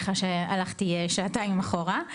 סליחה שהלכתי שעתיים אחורה.